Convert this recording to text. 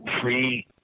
free